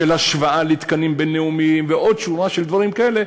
של השוואה לתקנים בין-לאומיים ועוד שורה של דברים כאלה,